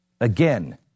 Again